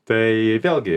tai vėlgi